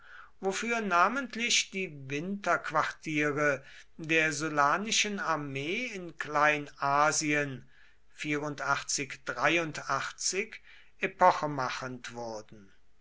wofür namentlich die winterquartiere der sullanischen armee in kleinasien epochemachend wurden